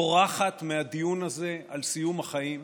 בורחת מהדיון הזה על סיום החיים,